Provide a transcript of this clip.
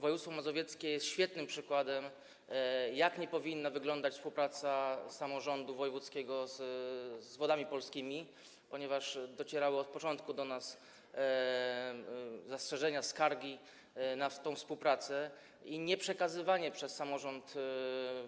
Województwo mazowieckie jest świetnym przykładem, jak nie powinna wyglądać współpraca samorządu wojewódzkiego z Wodami Polskimi, ponieważ od początku docierały do nas zastrzeżenia, skargi na tę współpracę i nieprzekazywanie przez samorząd